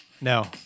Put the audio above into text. No